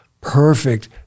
perfect